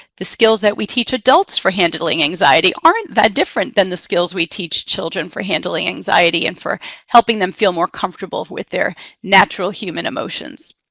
the skills that we teach adults for handling anxiety aren't that different than the skills we teach children for handling anxiety and for helping them feel more comfortable with their natural human emotions.